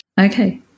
Okay